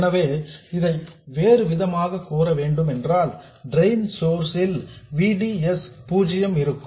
எனவே இதை வேறு விதமாக கூற வேண்டுமென்றால் டிரெயின் சோர்ஸ் ல் V D S 0 இருக்கும்